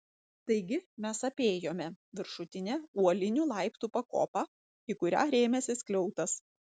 taigi mes apėjome viršutinę uolinių laiptų pakopą į kurią rėmėsi skliautas